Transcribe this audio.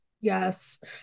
Yes